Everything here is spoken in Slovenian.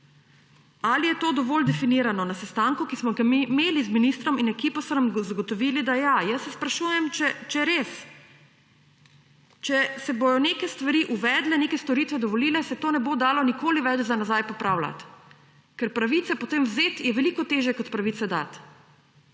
Ali je to dovolj definirano? Na sestanku, ki smo ga mi imeli z ministrom in ekipo, so nam zagotovili, da ja. Jaz se sprašujem, če res. Če se bojo neke stvari uvedle, neke storitve dovolile, se to ne bo dalo nikoli več za nazaj popravljati, ker pravice potem vzeti je veliko težje, kot pravico dati.